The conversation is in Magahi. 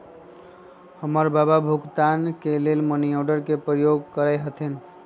हमर बबा भुगतान के लेल मनीआर्डरे के प्रयोग करैत रहथिन